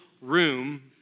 room